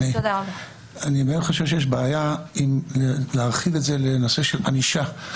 אני חושב שיש בעיה להרחיב את זה לנושא של ענישה.